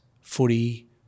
footy